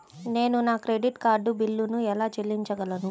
నేను నా credit card బిల్లును ఎలా చెల్లించగలను?